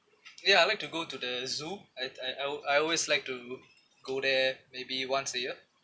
ya I like to go to the zoo I I I I always like to go there maybe once a year